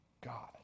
God